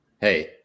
Hey